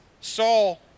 Saul